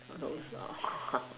those are